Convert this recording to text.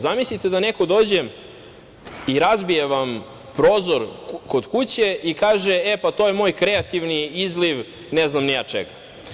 Zamislite da neko dođe i razbije vam prozor kod kuće i kaže – e, pa to je moj kreativni izliv ne znam ni ja čega.